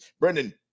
Brendan